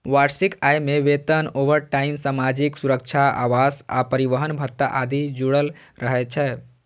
वार्षिक आय मे वेतन, ओवरटाइम, सामाजिक सुरक्षा, आवास आ परिवहन भत्ता आदि जुड़ल रहै छै